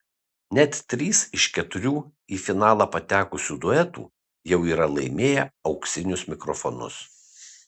net trys iš keturių į finalą patekusių duetų jau yra laimėję auksinius mikrofonus